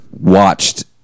watched